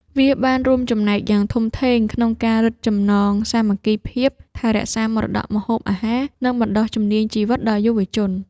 វាបានរួមចំណែកយ៉ាងធំធេងក្នុងការរឹតចំណងសាមគ្គីភាព ថែរក្សាមរតកម្ហូបអាហារ និងបណ្ដុះជំនាញជីវិតដល់យុវជន។